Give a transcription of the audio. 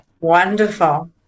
Wonderful